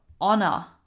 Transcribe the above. honor